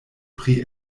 pri